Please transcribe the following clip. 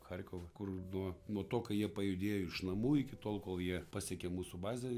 charkovą kur nuo nuo to kai jie pajudėjo iš namų iki tol kol jie pasiekė mūsų bazę